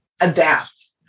adapt